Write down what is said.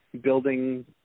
building